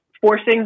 forcing